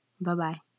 Bye-bye